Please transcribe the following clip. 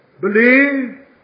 believe